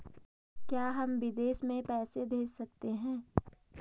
क्या हम विदेश में पैसे भेज सकते हैं?